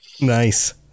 nice